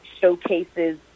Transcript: showcases